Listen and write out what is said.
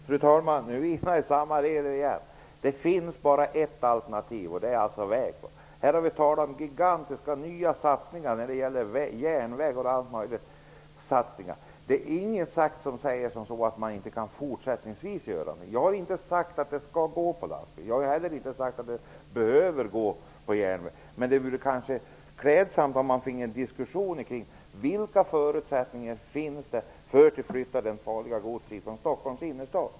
Fru talman! Nu är det samma visa igen. Enligt Tom Heyman finns det bara ett alterntiv, och det är transport på väg. Vi har här talat om gigantiska nya satsningar på bl.a. järnväg. Det är inget som säger att man inte kan göra så fortsättningsvis. Jag har inte sagt att transporterna skall ske med lastbil. Jag har inte heller sagt att transporterna behöver ske med järnväg. Det vore bra om man kunde få en diskussion kring vilka förutsättningar det finns att flytta hanteringen av farligt gods från Stockholms innerstad.